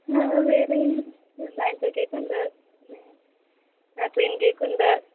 വേറേ ഈ വാനില കേക്കുണ്ട് ക്രീം കേക്കുണ്ട്